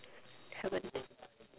haven't